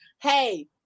Hey